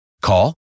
Call